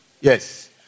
Yes